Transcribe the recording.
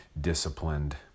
disciplined